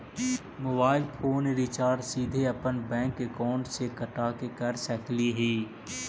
Mobile phone recharge सीधे अपन bank account से कटा के कर सकली ही?